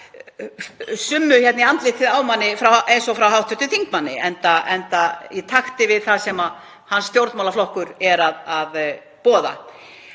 í andlitið á manni eins og frá hv. þingmanni, enda í takti við það sem hans stjórnmálaflokkur er að boða.